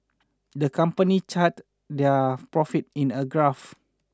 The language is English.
the company chart their profits in a graph